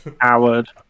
Howard